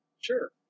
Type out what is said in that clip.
Sure